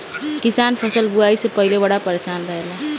किसान फसल बुआई से पहिले बड़ा परेशान रहेला